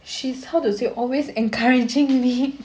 she's how to say always encouraging me